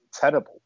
terrible